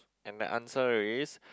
and the answer is